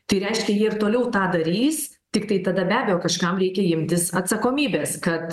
tai reiškia jie ir toliau tą darys tiktai tada be abejo kažkam reikia imtis atsakomybės kad